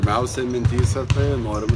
labiausiai mintyse norim